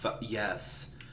yes